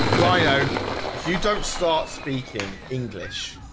rio if you don't start speaking english,